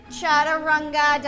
Chaturanga